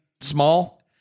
small